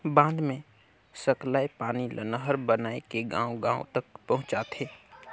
बांध मे सकलाए पानी ल नहर बनाए के गांव गांव तक पहुंचाथें